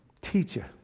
teacher